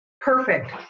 perfect